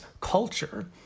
culture